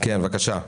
בבקשה.